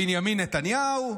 בנימין נתניהו.